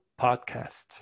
podcast